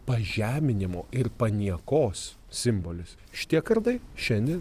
pažeminimo ir paniekos simbolis šitie kardai šiandien